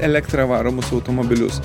elektra varomus automobilius